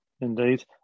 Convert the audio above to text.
indeed